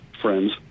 friends